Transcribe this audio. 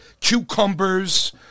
cucumbers